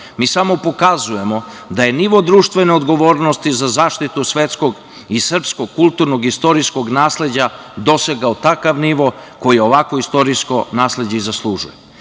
samo pokazujemo da je nivo društvene odgovornosti za zaštitu svetskog i srpskog kulturnog i istorijskog nasleđa dosegao takav nivo koji ovakvo istorijsko nasleđe i zaslužuje.